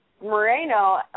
Moreno